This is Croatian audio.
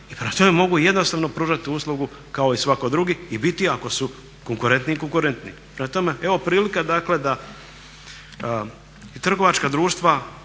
I prema tome, mogu jednostavno pružati uslugu kao i svatko drugi i biti ako su konkurentni, konkurentni. Prema tome, evo prilika dakle da i trgovačka društva